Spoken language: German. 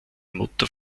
mutter